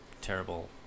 terrible